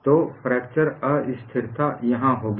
तो फ्रैक्चर अस्थिरता यहां होगी